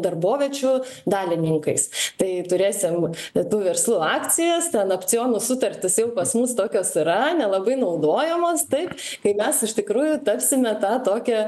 darboviečių dalininkais tai turėsim tų verslų akcijas ten opcionų sutartys jau pas mus tokios yra nelabai naudojamos taip kai mes iš tikrųjų tapsime tą tokią